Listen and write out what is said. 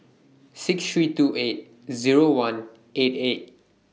six three two eight Zero one eight eight